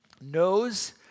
knows